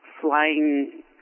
flying